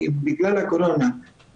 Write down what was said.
בגלל הקורונה,